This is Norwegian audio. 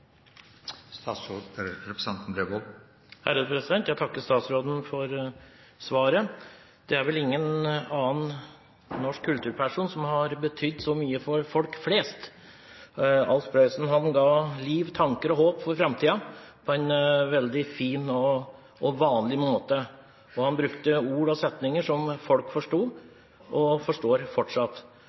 Jeg takker statsråden for svaret. Det er vel ingen annen norsk kulturperson som har betydd så mye for folk flest. Alf Prøysen ga liv, tanker og håp for framtiden på en veldig fin og vanlig måte. Han brukte ord og setninger som folk forsto og forstår fortsatt.